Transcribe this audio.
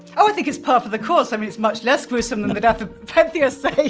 oh, i think it's par for the course. i mean, it's much less gruesome than the death of pentheus, say,